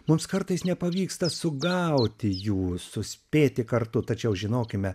mums kartais nepavyksta sugauti jų suspėti kartu tačiau žinokime